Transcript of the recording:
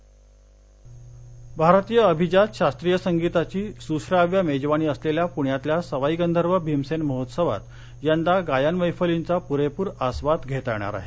सवाई भारतीय अभिजात शास्त्रीय संगीताची सुश्राव्य मेजवानी असलेल्या पुण्यातल्या सवाई गंधर्व भीमसेन महोत्सवात यंदा गायन मैफलींचा पुरेपूर आस्वाद घेता येणार आहे